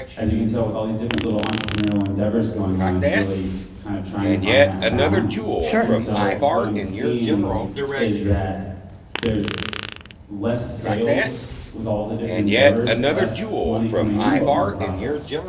as you can tell, so with all these different little entrepreneurial endeavors going on, and really kind of trying to find that balance. sure. and so what i'm seeing is that there's less sales with all the different endeavors, less money coming in but more profits.